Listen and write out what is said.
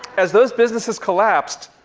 as those businesses collapsed,